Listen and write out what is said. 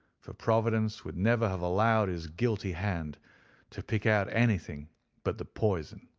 for providence would never have allowed his guilty hand to pick out anything but the poison.